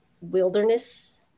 wilderness